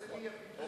בהרצלייה-פיתוח,